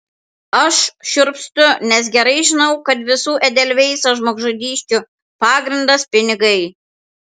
aš šiurpstu nes gerai žinau kad visų edelveiso žmogžudysčių pagrindas pinigai